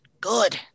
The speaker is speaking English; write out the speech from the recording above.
Good